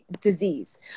disease